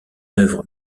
œuvre